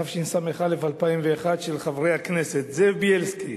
התשס"א 2001, של חברי הכנסת זאב בילסקי